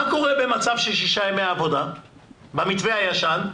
מה קורה במצב של שישה ימי עבודה במתווה הישן?